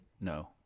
No